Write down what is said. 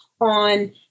on